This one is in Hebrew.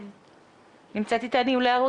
אני כאן.